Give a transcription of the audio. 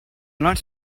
night